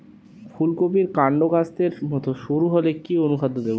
ফুলকপির কান্ড কাস্তের মত সরু হলে কি অনুখাদ্য দেবো?